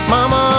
Mama